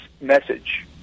message